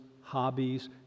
hobbies